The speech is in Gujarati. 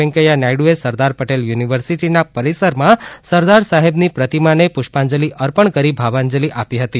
વૈંકયા નાયડુએ સરદાર પટેલ યુનિવર્સિટીના પરિસરમાં સરદાર સાહેબની પ્રતિમાને પુષ્પાજંલી અર્પણ કરી ભાવાંજલી આપી હતી